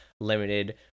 limited